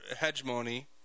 hegemony